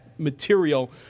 Material